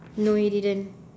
no you didn't